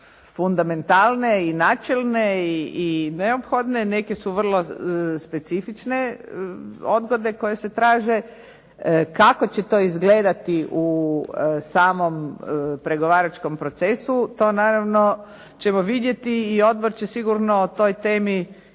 fundamentalne i načelne, i neophodne, neke su vrlo specifične odgode koje se traže. Kako će to izgledati u samom pregovaračkom procesu to naravno ćemo vidjeti i odbor će sigurno o toj temi